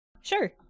Sure